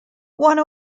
one